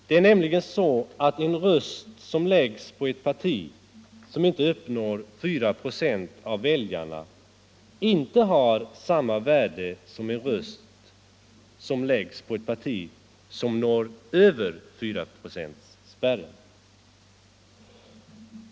Det är nämligen så att en röst som läggs på ett parti som inte uppnår 4 96 av väljarna inte har samma värde som en röst som läggs på ett parti som når över fyraprocentsspärren.